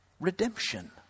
redemption